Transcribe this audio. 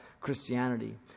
Christianity